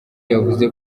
yavuze